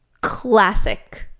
classic